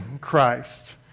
Christ